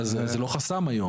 אז זה לא חסם היום.